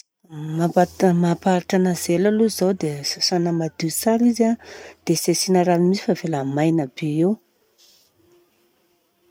Mampaharitra anazy ela aloha izao dia sasana madio tsara izy an, dia tsy asiana rano mintsy, dia avela maina be eo.